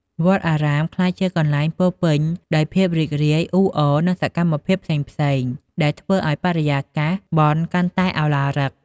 វត្តអារាមក្លាយជាកន្លែងពោរពេញដោយភាពរីករាយ អ៊ូអរ និងសកម្មភាពផ្សេងៗ ដែលធ្វើឱ្យបរិយាកាសបុណ្យកាន់តែឱឡារិក។